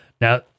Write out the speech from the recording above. now